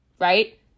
right